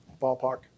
Ballpark